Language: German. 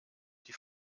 die